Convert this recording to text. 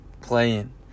playing